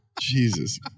Jesus